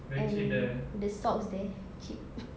and the socks there cute